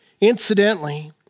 Incidentally